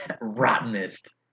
Rottenest